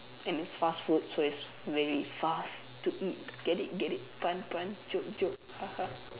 and it's fast food so it's very fast to eat get it get it pun pun joke joke